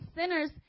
sinners